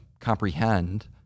comprehend